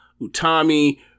Utami